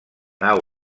nau